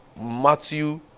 Matthew